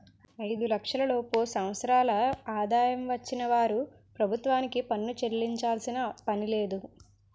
ఐదు లక్షల లోపు సంవత్సరాల ఆదాయం వచ్చిన వారు ప్రభుత్వానికి పన్ను చెల్లించాల్సిన పనిలేదు